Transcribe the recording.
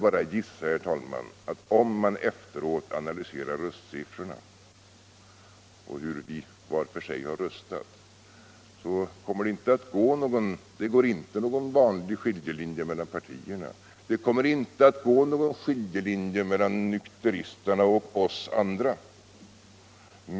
Jag gissar att om man efteråt analyserar hur vi var för sig har röstat så skall man finna att det inte som vanligt går någon skiljelinje mellan partierna och inte heller någon skiljelinje mellan nykteristerna och oss andra.